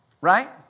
Right